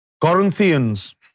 Corinthians